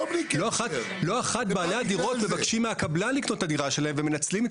לא אחת בעלי הדירות מבקשים מהקבלן לקנות את הדירה שלהם ומנצלים את